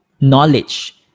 knowledge